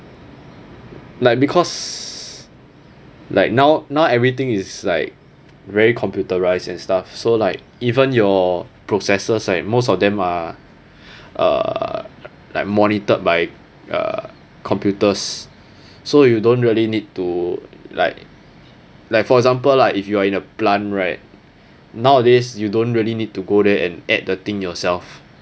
like because like now now everything is like very computerized and stuff so like even your processes like most of them are uh like monitored by uh computers so you don't really need to like like for example lah if you are in a plant right nowadays you don't really need to go there and add the thing yourself